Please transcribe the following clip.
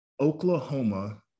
Oklahoma